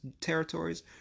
territories